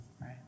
right